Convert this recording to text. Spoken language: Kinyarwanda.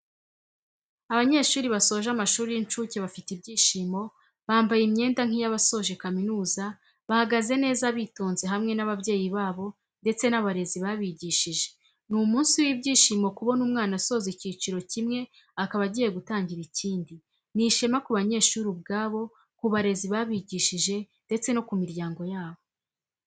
Abanyeshuri basoje amashuri y'incuke bafite ibyishimo, bambaye imyenda nk'iyabasoje kaminuza bahagaze neza bitonze hamwe n'ababyeyi babo ndetse n'abarezi babigishije ni umunsi w'ibyishimo kubona umwana asoza ikiciro kimwe akaba agiye gutangira ikindi, ni ishema ku banyeshuri ubwabo, ku barezi babigishije ndetse no ku miryango yabo.